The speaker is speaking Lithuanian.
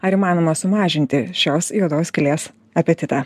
ar įmanoma sumažinti šios juodos skylės apetitą